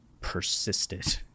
persisted